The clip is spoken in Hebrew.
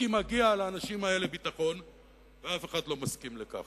כי מגיע לאנשים האלה ביטחון ואף אחד לא מסכים לכך.